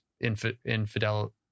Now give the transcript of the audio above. infidel